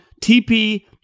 TP